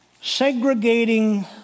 Segregating